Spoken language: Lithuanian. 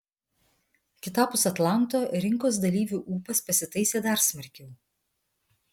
kitapus atlanto rinkos dalyvių ūpas pasitaisė dar smarkiau